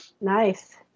nice